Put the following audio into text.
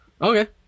Okay